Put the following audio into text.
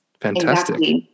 Fantastic